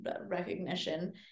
recognition